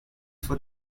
for